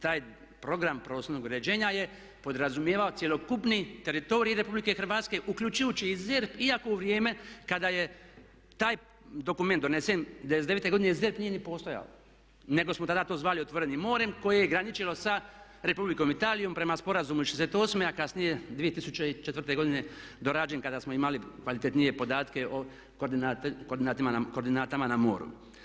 Taj program prostornog uređenja je podrazumijevao cjelokupni teritorij RH uključujući i ZER iako u vrijeme kada je taj dokument donesen '99. godine ZERP nije ni postojao nego smo tada to zvali otvorenim morem koje je graničilo sa Republikom Italijom prema sporazumu iz … a kasnije 2004. dorađen kada smo imali kvalitetnije podatke o koordinatama na moru.